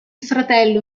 fratello